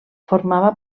formava